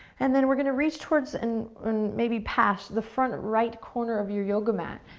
and then we're gonna reach towards, and maybe pass, the front right corner of your yoga mat,